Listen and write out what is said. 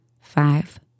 five